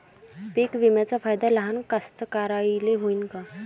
पीक विम्याचा फायदा लहान कास्तकाराइले होईन का?